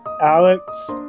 Alex